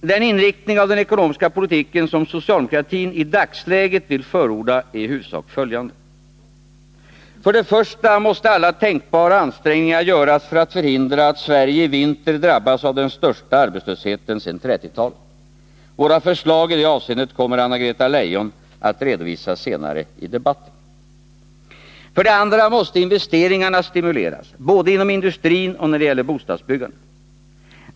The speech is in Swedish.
Den inriktning av den ekonomiska politiken som socialdemokratin i dagsläget vill förorda är i huvudsak följande. För det första måste alla tänkbara ansträngningar göras för att förhindra att Sverige i vinter drabbas av den största arbetslösheten sedan 1930-talet. Våra förslag i det avseendet kommer Anna-Greta Leijon att redovisa senare i debatten. För det andra måste investeringarna stimuleras, både inom industrin och när det gäller bostadsbyggandet.